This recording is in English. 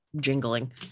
jingling